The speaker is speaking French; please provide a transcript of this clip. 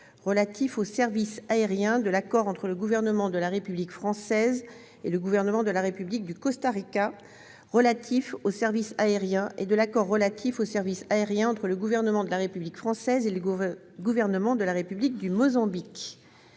relatif aux services aériens, de l'accord entre le Gouvernement de la République française et le Gouvernement de la République du Costa Rica relatif aux services aériens et de l'accord relatif aux services aériens entre le Gouvernement de la République française et le Gouvernement de la République du Mozambique